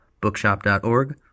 bookshop.org